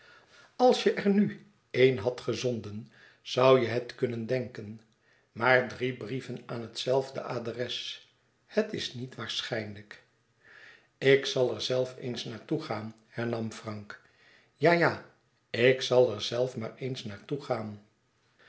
als je er nu één hadt gezonden zoû je het kunnen denken maar drie brieven aan het zelfde adres het is niet waarschijnlijk ik zal er zelf eens naar toe gaan hernam frank ja ja ik zal er zelf maar eens naar toe gaan